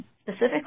specifically